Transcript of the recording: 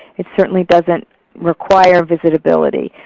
it certainly doesn't require visitability,